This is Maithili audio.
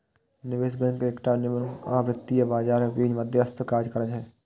निवेश बैंक एकटा निगम आ वित्तीय बाजारक बीच मध्यस्थक काज करै छै